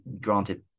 granted